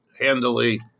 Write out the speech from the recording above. handily